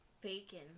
Bacon